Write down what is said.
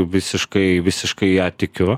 visiškai visiškai ja tikiu